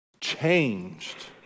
changed